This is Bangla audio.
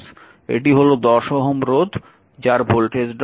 এটি হল একটি 10 Ω রোধ যার ভোল্টেজ ড্রপ v2